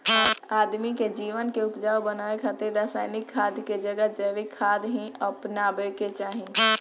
आदमी के जमीन के उपजाऊ बनावे खातिर रासायनिक खाद के जगह जैविक खाद ही अपनावे के चाही